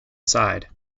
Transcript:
side